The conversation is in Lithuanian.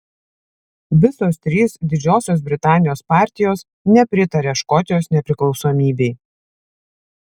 visos trys didžiosios britanijos partijos nepritaria škotijos nepriklausomybei